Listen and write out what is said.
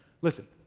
listen